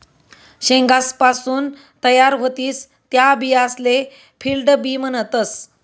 शेंगासपासून तयार व्हतीस त्या बियासले फील्ड बी म्हणतस